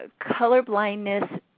colorblindness